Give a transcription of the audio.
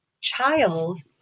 child